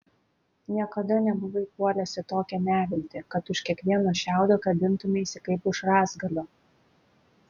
niekada nebuvai puolęs į tokią neviltį kad už kiekvieno šiaudo kabintumeisi kaip už rąstgalio